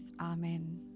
Amen